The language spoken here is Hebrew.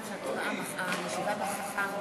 התשע"ד 2014,